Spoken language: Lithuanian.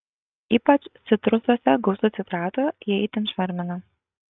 ypač citrusuose gausu citratų jie itin šarmina